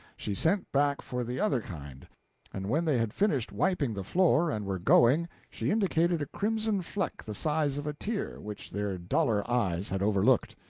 she sent back for the other kind and when they had finished wiping the floor and were going, she indicated a crimson fleck the size of a tear which their duller eyes had overlooked.